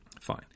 Fine